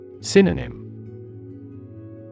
Synonym